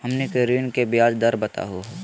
हमनी के ऋण के ब्याज दर बताहु हो?